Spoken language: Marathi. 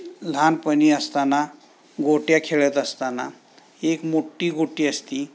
लहानपणी असताना गोट्या खेळत असताना एक मोठी गोटी असती